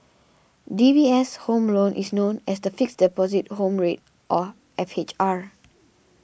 D B S' Home Loan is known as the Fixed Deposit Home Rate or F H R